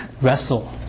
wrestle